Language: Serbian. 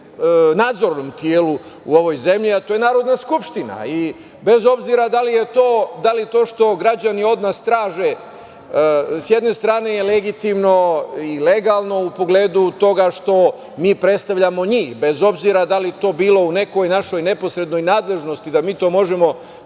nadzornom telu u ovoj zemlji, a to je Narodna skupština. Bez obzira da li je to što građani od nas traže s jedne strane legitimno i legalno u pogledu toga što mi predstavljamo njih, bez obzira da li to bilo u nekoj našoj neposrednoj nadležnosti da mi to možemo